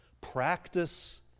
Practice